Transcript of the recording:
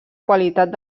qualitat